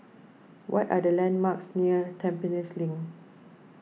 what are the landmarks near Tampines Link